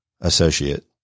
associate